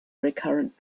recurrent